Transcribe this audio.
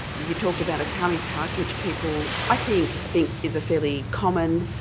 you talked about a tummy tuck which people i think think is a fairly common,